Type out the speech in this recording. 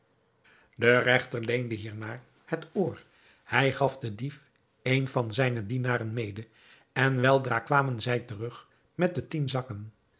de regter leende hiernaar het oor hij gaf den dief een van zijne dienaren mede en weldra kwamen zij terug met de tien zakken